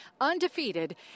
undefeated